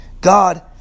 God